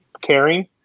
caring